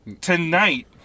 tonight